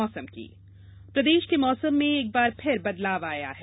मौसम प्रदेश के मौसम में एक बार फिर बदलाव आया है